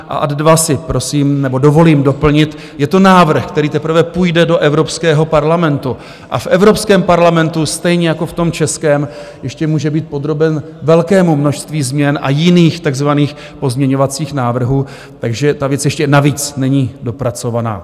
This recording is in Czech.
A ad dva si prosím nebo dovolím doplnit, je to návrh, který teprve půjde do Evropského parlamentu, a v Evropském parlamentu stejně jako v tom českém ještě může být podroben velkému množství změn a jiných takzvaných pozměňovacích návrhů, takže ta věc ještě navíc není dopracovaná.